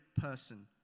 person